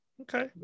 Okay